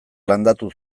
landatu